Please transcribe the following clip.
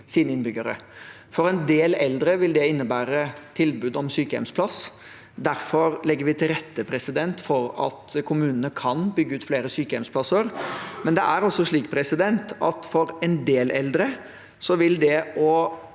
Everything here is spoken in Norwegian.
sine innbyggere. For en del eldre vil det innebære tilbud om sykehjemsplass. Derfor legger vi til rette for at kommunene kan bygge ut flere sykehjemsplasser, men det er også slik at for en del eldre vil man